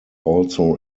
also